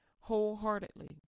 wholeheartedly